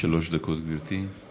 שלוש דקות, גברתי.